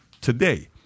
today